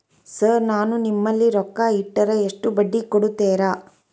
Sir ನಾನು ನಿಮ್ಮಲ್ಲಿ ರೊಕ್ಕ ಇಟ್ಟರ ಎಷ್ಟು ಬಡ್ಡಿ ಕೊಡುತೇರಾ?